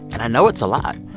and i know it's a lot.